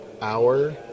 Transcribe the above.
hour